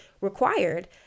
required